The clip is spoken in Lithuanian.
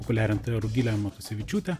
populiarintoja rugile matusevičiūte